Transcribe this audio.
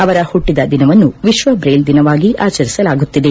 ಅವರ ಹುಟ್ಟದ ದಿನವನ್ನು ವಿತ್ವ ಜ್ರೈಲ್ ದಿನವಾಗಿ ಆಚರಿಸಲಾಗುತ್ತಿದೆ